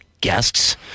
guests